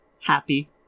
Happy